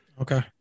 Okay